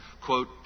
quote